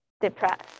depressed